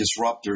disruptors